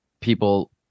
people